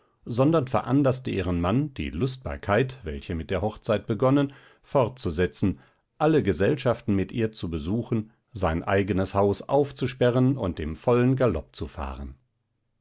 sondern veranlaßte ihren mann die lustbarkeit welche mit der hochzeit begonnen fortzusetzen alle gesellschaften mit ihr zu besuchen sein eigenes haus aufzusperren und im vollen galopp zu fahren